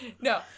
No